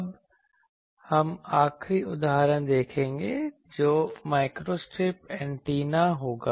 अब हम आखिरी उदाहरण देखेंगे जो माइक्रोस्ट्रिप एंटीना होगा